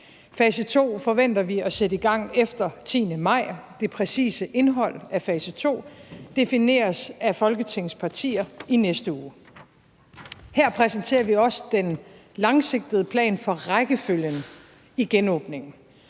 fase 2 forventer vi at sætte i gang efter den 10. maj. Det præcise indhold af fase 2 defineres af Folketingets partier i næste uge. Her præsenterer vi også den langsigtede plan for rækkefølgen i genåbningen,